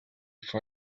for